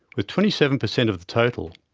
with twenty seven per cent of the total.